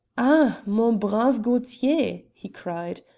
ah! mon brave gaultier, he cried,